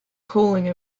cooling